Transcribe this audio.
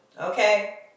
Okay